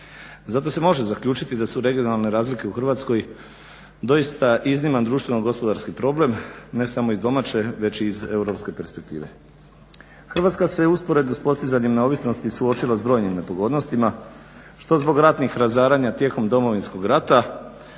Zato se može zaključiti da su regionalne razlike u Hrvatskoj doista izniman društveno gospodarski problem ne samo iz domaće već iz europske perspektive. Hrvatska se u usporedi s postizanjem neovisnosti suočila s brojnim nepogodnostima što zbog ratnih razaranja tijekom Domovinskog rata